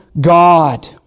God